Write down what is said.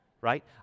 right